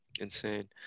insane